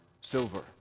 silver